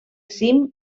cim